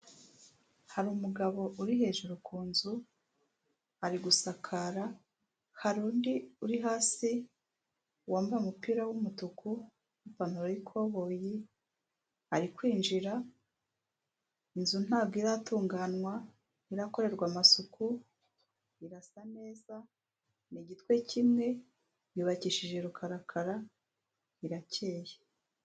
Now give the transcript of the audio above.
Hari umugabo uri hejuru ku nzu ari gusakara, hari undi uri hasi wambaye umupira w'umutuku n'ipantauro y'ikoboyi. Ari kwinjira inzu ntabwo iratunganywa, nti rakorerwa amasuku. Irasa neza ni igitwe kimwe, yubakishije rukarakara birarakeye.